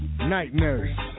Nightmares